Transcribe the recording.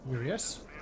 Yes